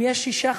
אם יש שישה חברים,